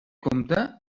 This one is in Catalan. compta